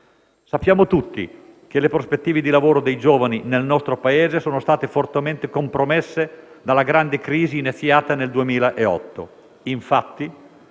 Sappiamo tutti che le prospettive di lavoro dei giovani nel nostro Paese sono state fortemente compromesse dalla grande crisi iniziata nel 2008. Infatti,